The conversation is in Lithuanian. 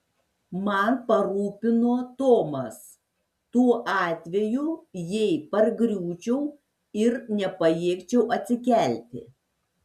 man parūpino tomas tuo atveju jei pargriūčiau ir nepajėgčiau atsikelti